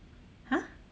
!huh!